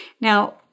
Now